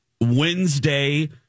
Wednesday